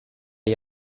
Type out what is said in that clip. gli